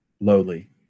lowly